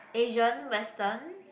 Asian Western